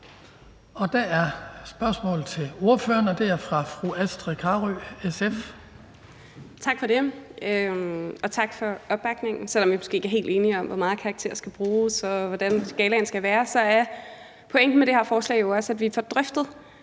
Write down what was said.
Der er et spørgsmål til ordføreren, og det er fra fru Astrid Carøe, SF. Kl. 18:27 Astrid Carøe (SF): Tak for det, og tak for opbakningen. Selv om vi måske ikke er helt enige om, hvor meget karakterer skal bruges, og hvordan skalaen skal være, så er pointen med det her forslag jo også, at vi får drøftet